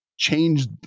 change